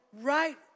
right